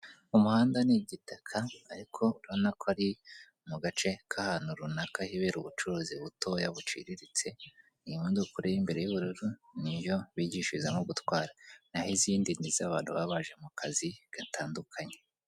Umuhanda n'igitaka ariko urabona ko ari mugace kahantu runaka hibera ubucuruzi butoya buciririctse, iyi modoka ureba imbere y'ubururu niyo bigishirizamo gutwara, naho izindi n'izabantu baba baje mukazi gatandukanye.